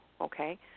okay